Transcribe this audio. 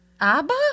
Abba